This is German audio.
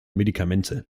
medikamente